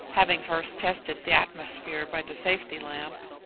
having first tested the atmosphere by the safety-lamp.